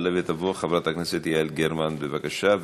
תעלה ותבוא חברת הכנסת יעל גרמן, בבקשה.